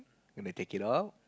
gonna take it out